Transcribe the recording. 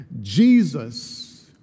Jesus